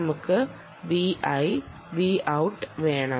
നമുക്ക് vi Vout വേണം